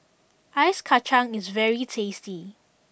Ice Kachang is very tasty